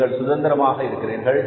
நீங்கள் சுதந்திரமாக இருக்கிறீர்கள்